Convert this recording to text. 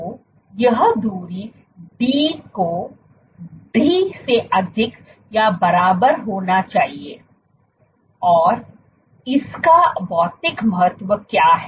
तो यह दूरी d को Dसे अधिक या बराबर होना चाहिएbr और इसका भौतिक महत्व क्या है